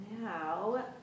Now